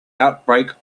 outbreak